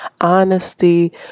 honesty